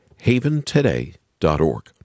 haventoday.org